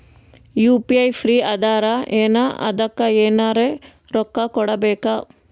UPI free ಅದಾರಾ ಏನ ಅದಕ್ಕ ಎನೆರ ರೊಕ್ಕ ಕೊಡಬೇಕ?